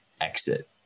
exit